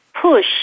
push